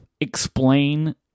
explain